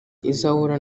izahura